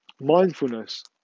mindfulness